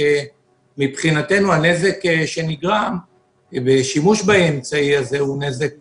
מבחינתנו הנזק שנגרם בשימוש באמצעי הזה הוא נזק